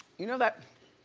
you know that